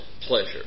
pleasure